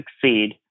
succeed